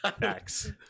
Max